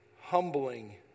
humbling